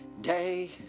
day